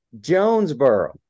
Jonesboro